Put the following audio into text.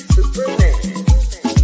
Superman